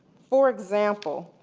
for example,